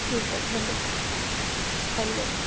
ठीकु आहे भले हरि ओम